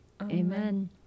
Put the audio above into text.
Amen